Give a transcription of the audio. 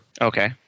Okay